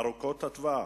ארוכת הטווח,